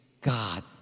God